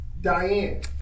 Diane